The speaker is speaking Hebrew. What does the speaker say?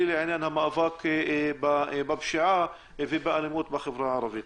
לעניין המאבק בפשיעה ובאלימות בחברה הערבית.